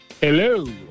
Hello